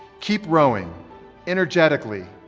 keep rowing energetically,